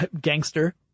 Gangster